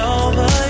over